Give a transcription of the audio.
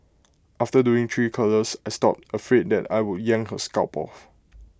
after doing three curlers I stopped afraid that I would yank her scalp off